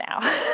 now